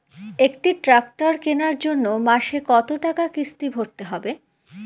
একটি ট্র্যাক্টর কেনার জন্য মাসে কত টাকা কিস্তি ভরতে হবে?